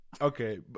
okay